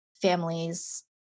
families